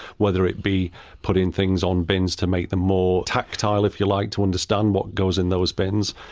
whether it be putting things on bins to make them more tactile, if you like, to understand what goes in those bins.